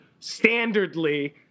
standardly